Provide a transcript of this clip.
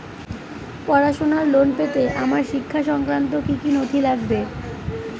পড়াশুনোর লোন পেতে আমার শিক্ষা সংক্রান্ত কি কি নথি লাগবে?